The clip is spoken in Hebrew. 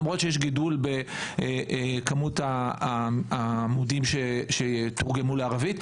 למרות שיש גידול בכמות העמודים שתורגמו לערבית.